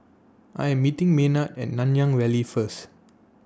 I Am meeting Maynard At Nanyang Valley First